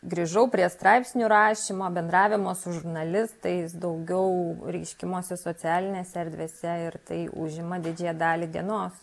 grįžau prie straipsnių rašymo bendravimo su žurnalistais daugiau reiškimosi socialinėse erdvėse ir tai užima didžiąją dalį dienos